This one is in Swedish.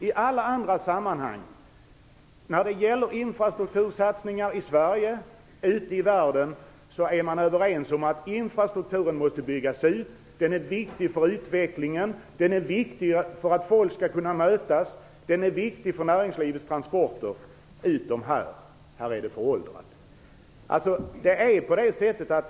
I alla andra sammanhang när det gäller infrastruktursatsningar i Sverige och ute i världen är man överens om att infrastrukturen måste byggas ut, för den är viktig för utvecklingen, för att folk skall kunna mötas och för näringslivets transporter utom här. Här är det föråldrat.